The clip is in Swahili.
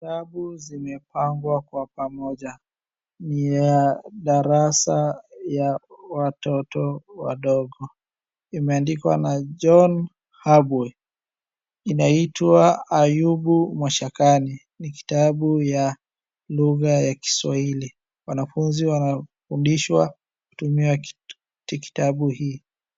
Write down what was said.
Vitabu zimepangwa kwa pamoja. Ni ya darasa ya watoto wadogo. Imeandikwa na John Habwe. Inaitwa Ayubu Mshakani. Ni kitabu ya lugha ya Kiswahili. Wanafunzi wanafundishwa kutumia kitabu hii.